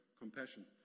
compassion